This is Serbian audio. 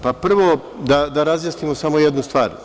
Prvo da razjasnimo samo jednu stvar.